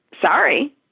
sorry